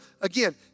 again